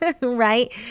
right